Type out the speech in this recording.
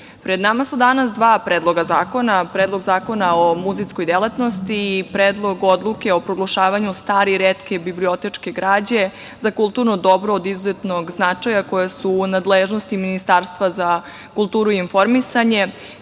pred nama su danas dva predloga zakona - Predlog zakona o muzejskoj delatnosti i Predlog odluke o proglašavanju stare i retke bibliotečke građe za kulturno dobro od izuzetnog značaja, koje su u nadležnosti Ministarstva za kulturu i informisanje,